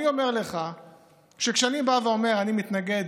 אני אומר לך שכשאני אומר שאני מתנגד